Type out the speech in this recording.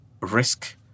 risk